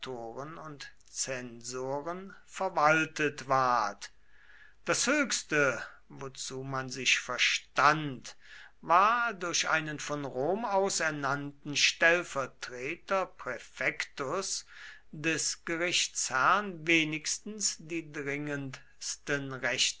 und zensoren verwaltet ward das höchste wozu man sich verstand war durch einen von rom aus ernannten stellvertreter praefectus des gerichtsherrn wenigstens die